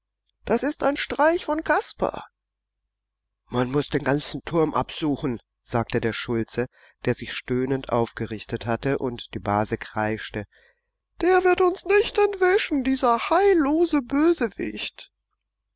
das ist ein streich von kasper man muß den ganzen turm absuchen sagte der schulze der sich stöhnend aufgerichtet hatte und die base kreischte der darf uns nicht entwischen dieser heillose bösewicht